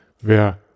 Wer